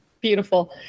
Beautiful